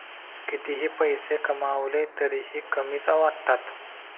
कितीही पैसे कमावले तरीही कमीच वाटतात